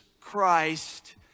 Christ